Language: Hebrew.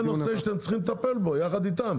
זה הנושא שאתם צריכים לטפל בו יחד איתם,